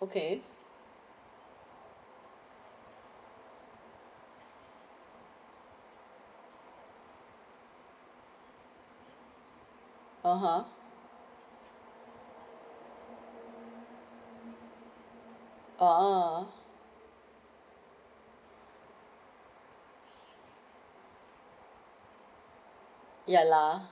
okay ah ha ah ya lah